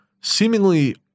seemingly